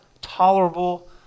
tolerable